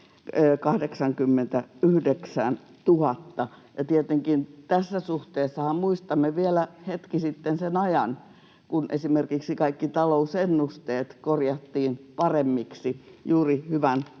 89 000. Ja tietenkin tässä suhteessa muistamme vielä sen ajan hetki sitten, kun esimerkiksi kaikki talousennusteet korjattiin paremmiksi juuri hyvän